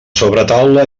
sobretaula